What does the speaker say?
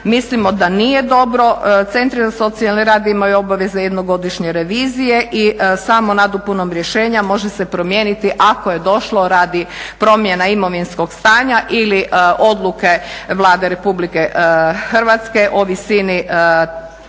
mislimo da nije dobro. Centri za socijalni radi imaju obaveze jednogodišnje revizije i samo nadopunom rješenja može se promijeniti ako je došlo radi promjena radi imovinskog stanja ili odluke Vlade Republike Hrvatske o visini iznosa